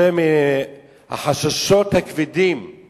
החששות הכבדים הם